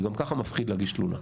זה גם ככה מפחיד להגיש תלונה.